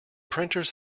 printers